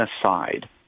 aside